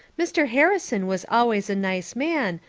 mr. harrison was always a nice man,